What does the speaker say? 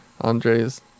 Andres